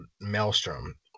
maelstrom